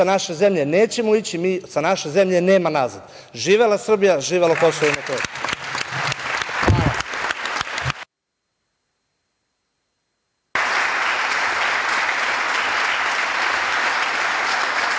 naše zemlje nećemo ići, sa naše zemlje nema nazad! Živela Srbija, živelo Kosovo i